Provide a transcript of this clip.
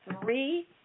Three